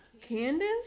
Candace